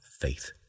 faith